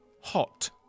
Hot